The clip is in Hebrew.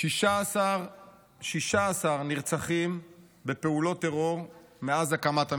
16 נרצחים בפעולות טרור מאז הקמת הממשלה.